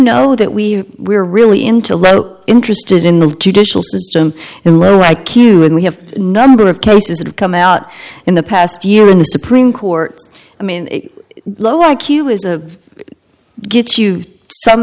know that we are really into less interested in the judicial system and low i q and we have a number of cases that have come out in the past year in the supreme court i mean low i q is a gets used some